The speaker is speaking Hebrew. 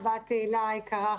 תהלה היקרה,